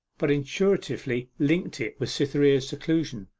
but intuitively linked it with cytherea's seclusion.